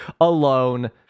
alone